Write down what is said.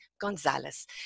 Gonzalez